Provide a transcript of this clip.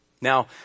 Now